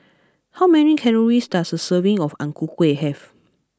how many calories does a serving of Ang Ku Kueh have